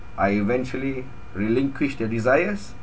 I eventually relinquished their desires